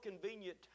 convenient